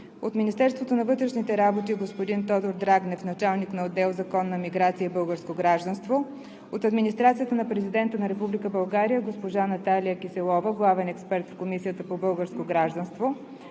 от Министерството на вътрешните работи господин Тодор Драгнев – началник на отдел „Законна миграция и българско гражданство“; от Администрацията на президента на Република България госпожа Наталия Киселова – главен експерт в Комисията по българско гражданство;